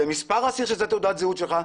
זה מספר אסיר שזאת תעודת הזהות שלך,